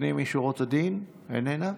לפנים משורת הדין, איננה.